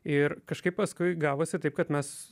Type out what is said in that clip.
ir kažkaip paskui gavosi taip kad mes